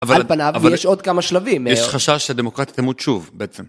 על פניו, ויש עוד כמה שלבים. יש חשש שהדמוקרטיה תמות שוב, בעצם.